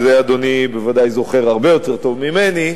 ואת זה אדוני בוודאי זוכר הרבה יותר טוב ממני,